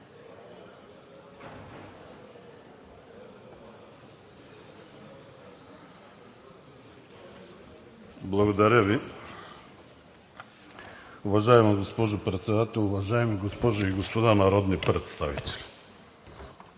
Благодаря Ви. Уважаема госпожо Председател, уважаеми госпожи и господа народни представители!